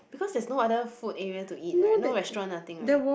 because there's no other food area to eat right no restaurants nothing right